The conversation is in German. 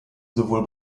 sowohl